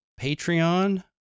Patreon